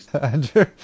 Andrew